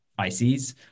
ICs